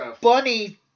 bunny